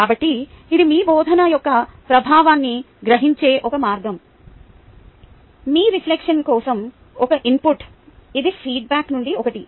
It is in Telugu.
కాబట్టి ఇది మీ బోధన యొక్క ప్రభావాన్ని గ్రహించే ఒక మార్గం మీ రిఫ్లెక్షన్ కోసం ఒక ఇన్పుట్ ఇది ఫీడ్బ్యాక్ నుండి ఒకటి